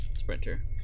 Sprinter